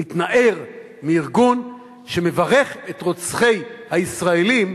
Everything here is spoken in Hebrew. נתנער מארגון שמברך את רוצחי הישראלים,